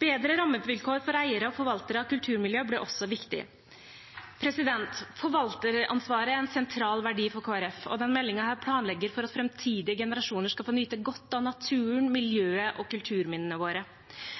Bedre rammevilkår for eiere og forvaltere av kulturmiljø blir også viktig. Forvalteransvaret er en sentral verdi for Kristelig Folkeparti, og denne meldingen planlegger for at framtidige generasjoner skal få nyte godt av naturen, miljøet og kulturminnene våre.